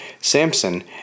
Samson